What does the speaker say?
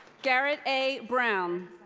garrett a. brown.